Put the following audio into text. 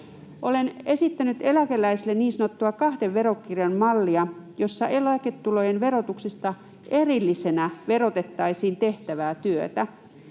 Olen esittänyt eläkeläisille niin sanottua kahden verokirjan mallia, jossa eläketulojen verotuksesta erillisenä verotettaisiin tehtävää työtä.